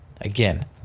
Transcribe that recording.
again